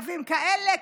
קווים כאלה,